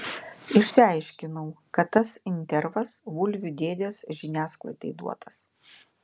išsiaiškinau kad tas intervas bulvių dėdės žiniasklaidai duotas